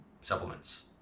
supplements